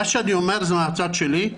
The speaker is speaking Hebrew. מה שאני אומר זה הצד שלי,